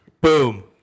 Boom